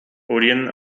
haurien